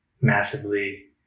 massively